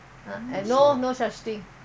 the government say uh